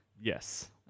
Yes